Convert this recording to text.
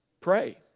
Pray